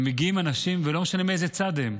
ומגיעים אנשים, ולא משנה מאיזה צד הם,